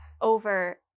over